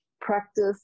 practice